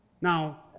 Now